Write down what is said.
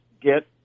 get